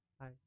Hi